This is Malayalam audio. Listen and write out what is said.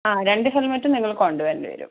ആ രണ്ട് ഹെൽമെറ്റും നിങ്ങൾ കൊണ്ടുവരേണ്ടി വരും